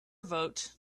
vote